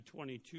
22